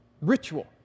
ritual